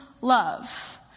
love